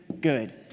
good